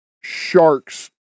sharks